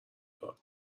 کارم